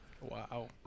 Wow